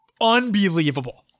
Unbelievable